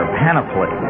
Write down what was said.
panoply